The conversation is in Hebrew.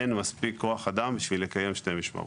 אין מספיק כוח אדם בשביל לקיים שתי משמרות.